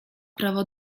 prawo